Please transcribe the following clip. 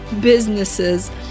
businesses